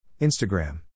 Instagram